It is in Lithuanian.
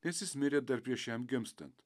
nes jis mirė dar prieš jam gimstant